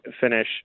finish